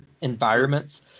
environments